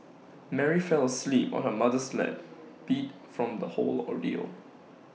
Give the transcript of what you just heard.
Mary fell asleep on her mother's lap beat from the whole ordeal